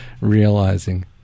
realizing